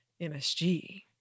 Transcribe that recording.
MSG